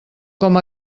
com